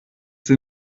sie